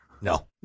No